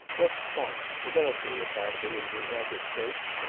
west point, the military academy of the united states,